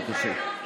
בבקשה.